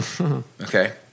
okay